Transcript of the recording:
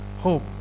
Hope